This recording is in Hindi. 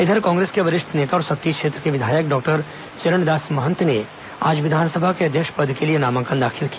इधर कांग्रेस के वरिष्ठ नेता और सक्ती क्षेत्र के विधायक डॉक्टर चरणदास महंत ने आज विधानसभा के अध्यक्ष पद के लिए नामांकन दाखिल किया